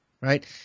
right